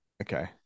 Okay